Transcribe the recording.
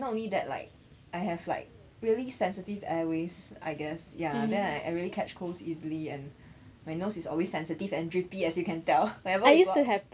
and not only that like I have like really sensitive airways I guess ya then I already catch colds easily and my nose is always sensitive and drippy as you can tell whenever we go out